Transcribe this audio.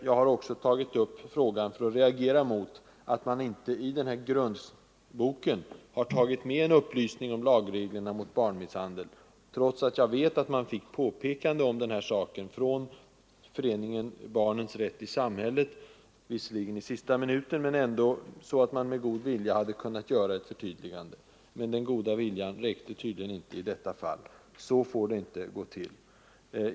Jag vill också ta tillfället i akt att reagera mot att man inte i den nämnda grundboken har tagit med en upplysning om lagreglerna mot barnmisshandel, trots att man fick påpekande om saken från Föreningen Barnens rätt i samhället . Det kom visserligen i sista minuten, men ändå så att man med god vilja hade kunnat göra ett förtydligande. Men den goda viljan räckte tydligen inte i detta fall. Så får det inte gå till.